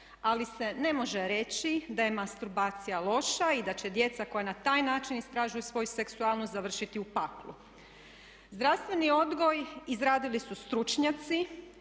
ali se ne može reći da je mastrubacija loša i da će djeca koja na taj način istražuju svoju seksualnost završiti u paklu. Zdravstveni odgoj izradili su stručnjaci,